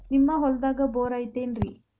ನಿಮ್ಮ ಹೊಲ್ದಾಗ ಬೋರ್ ಐತೇನ್ರಿ?